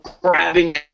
grabbing